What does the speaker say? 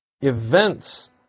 events